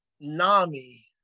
NAMI